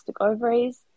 ovaries